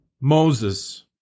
Moses